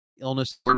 illness